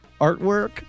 artwork